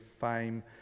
fame